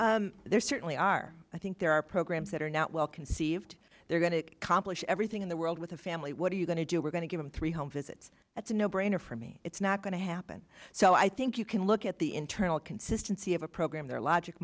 with there certainly are i think there are programs that are not well conceived they're going to accomplish everything in the world with a family what are you going to do we're going to give them three home visits that's a no brainer for me it's not going to happen so i think you can look at the internal consistency of a program their logic